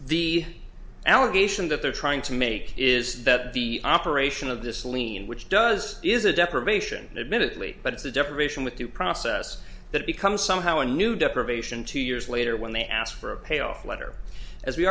the allegation that they're trying to make is that the operation of this lien which does is a deprivation admittedly but it's a definition with due process that becomes somehow a new deprivation two years later when they ask for a payoff letter as we